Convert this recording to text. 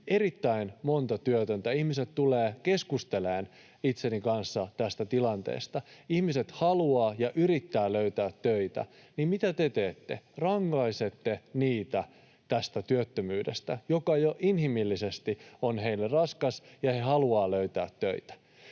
erittäin monta työtöntä. Ihmiset tulevat keskustelemaan kanssani tästä tilanteesta. Ihmiset haluavat ja yrittävät löytää töitä. Mitä te teette? Rankaisette heitä tästä työttömyydestä, joka jo inhimillisesti on heille raskas, ja he haluavat löytää töitä.